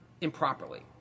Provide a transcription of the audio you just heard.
improperly